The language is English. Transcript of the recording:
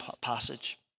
passage